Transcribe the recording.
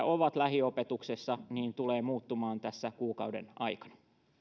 ovat lähiopetuksessa tulevat muuttumaan tässä kuukauden aikana